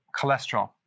cholesterol